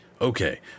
okay